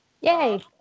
Yay